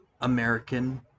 American